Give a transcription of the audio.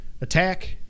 attack